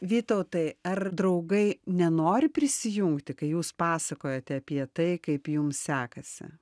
vytautai ar draugai nenori prisijungti kai jūs pasakojate apie tai kaip jum sekasi